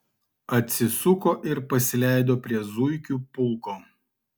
atsisuko ir pasileido prie zuikių pulko